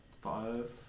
Five